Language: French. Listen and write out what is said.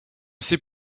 sait